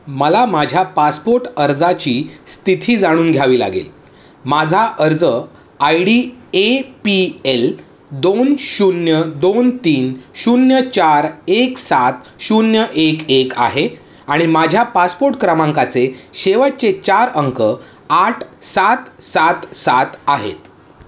मला माझ्या पासपोर्ट अर्जाची स्थिती जाणून घ्यावी लागेल माझा अर्ज I D A P L दोन शून्य दोन तीन शून्य चार एक सात शून्य एक एक आहे आणि माझ्या पासपोर्ट क्रमांकाचे शेवटचे चार अंक आठ सात सात सात आहेत